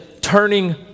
turning